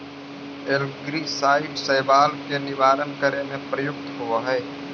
algicide शैवाल के निवारण करे में प्रयुक्त होवऽ हई